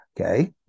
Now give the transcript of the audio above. Okay